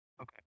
Okay